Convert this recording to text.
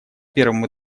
первом